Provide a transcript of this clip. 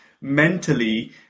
mentally